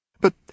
But